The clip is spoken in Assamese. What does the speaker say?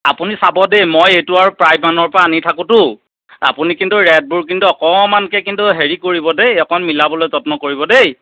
আপুনি চাব দেই মই এইটো আৰু প্ৰায় মানুহৰপৰা আনি থাকোঁতো আপুনি কিন্তু ৰেটবোৰ কিন্তু অকমানকৈ কিন্তু হেৰি কৰিব দেই অকণ মিলাবলৈ যত্ন কৰিব দেই